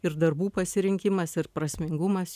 ir darbų pasirinkimas ir prasmingumas